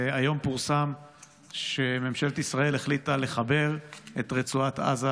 היום פורסם שממשלת ישראל החליטה לחבר את רצועת עזה